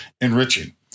enriching